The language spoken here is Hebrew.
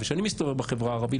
וכשאני מסתובב בחברה הערבית,